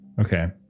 okay